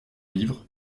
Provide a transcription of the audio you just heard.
ivre